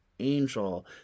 angel